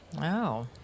Wow